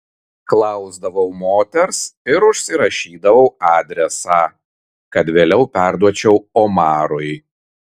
klausdavau moters ir užsirašydavau adresą kad vėliau perduočiau omarui